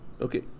okay